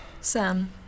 Sam